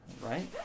right